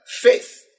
faith